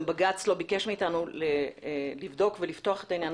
גם בג"ץ לא ביקש ממנו לפתוח את העניין